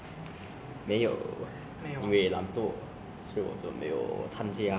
那你说很少哪你的课外活动是 ah 什么呢